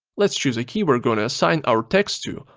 let's choose a key we're gonna assign our text to.